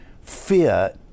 fear